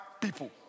people